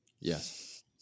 Yes